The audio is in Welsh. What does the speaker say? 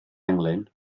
englyn